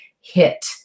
hit